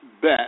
bet